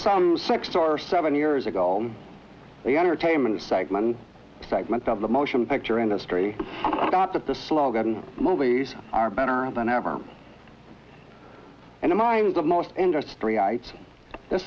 some six or seven years ago the entertainment segment segment of the motion picture industry got that the slogan movies are better than ever in the minds of most industry ites the